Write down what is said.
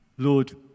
Lord